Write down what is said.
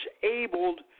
disabled